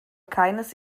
keines